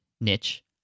niche